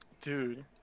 dude